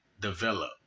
develop